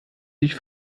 sich